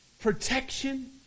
Protection